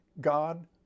God